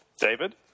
David